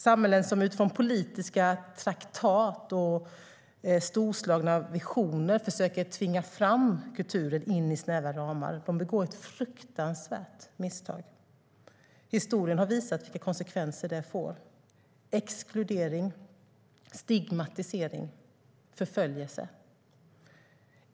Samhällen som utifrån politiska traktat och storslagna visioner försöker tvinga in kulturen i snäva ramar begår ett fruktansvärt misstag. Historien har visat vilka konsekvenser det får: exkludering, stigmatisering och förföljelse.